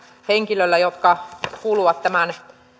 henkilöllä jotka kuuluvat tämän